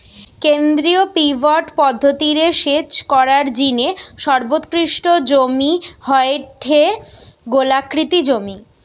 কেন্দ্রীয় পিভট পদ্ধতি রে সেচ করার জিনে সর্বোৎকৃষ্ট জমি হয়ঠে গোলাকৃতি জমি